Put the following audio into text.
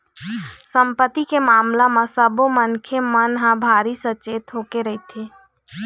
संपत्ति के मामला म सब्बो मनखे मन ह भारी सचेत होके रहिथे